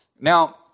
Now